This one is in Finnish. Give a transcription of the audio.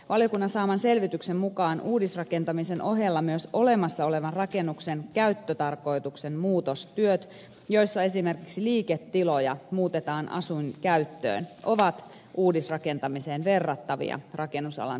valiokunnan saaman selvityksen mukaan uudisrakentamisen ohella myös olemassa olevan rakennuksen käyttötarkoituksen muutostyöt joissa esimerkiksi liiketiloja muutetaan asuinkäyttöön ovat uudisrakentamiseen verrattavia rakennusalan työllistäjiä